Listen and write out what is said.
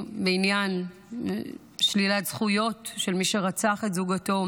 בעניין שלילת זכויות של מי שרצח את זוגתו,